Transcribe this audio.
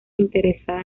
interesada